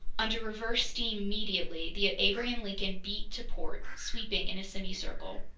under reverse steam immediately, the abraham lincoln beat to port, sweeping in a semicircle.